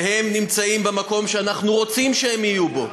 והם נמצאים במקום שאנחנו רוצים שהם יהיו בו.